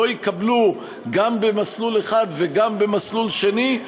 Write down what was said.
לא יקבלו גם במסלול אחד וגם במסלול שני,